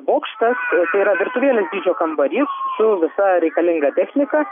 bokštas tai yra virtuvėlės dydžio kambarys su visa reikalinga technika